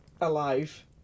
alive